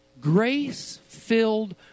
Grace-filled